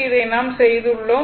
இதை நாம் செய்துள்ளோம்